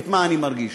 מה אני מרגיש.